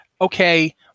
okay